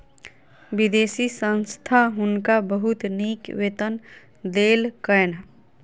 विदेशी संस्था हुनका बहुत नीक वेतन देलकैन